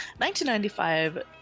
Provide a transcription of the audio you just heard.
1995